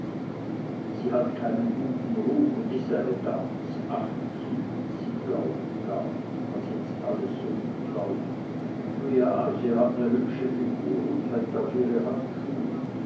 sie hat keinen guten ruf und is eine gans ach kind sie glauben gar nicht was jetzt alles so mitläuft nu ja sie hat ne hübsche figur und hält auf ihre handschuh